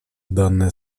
данное